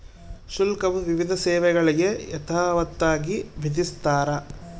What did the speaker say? ಶುಲ್ಕವು ವಿವಿಧ ಸೇವೆಗಳಿಗೆ ಯಥಾವತ್ತಾಗಿ ವಿಧಿಸ್ತಾರ